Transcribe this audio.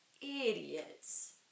idiots